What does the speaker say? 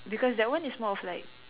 because that one is more of like